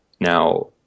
Now